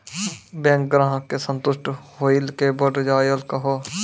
Bank ग्राहक के संतुष्ट होयिल के बढ़ जायल कहो?